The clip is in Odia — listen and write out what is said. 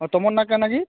ଆଉ ତୁମର ନାଁ କ'ଣ କି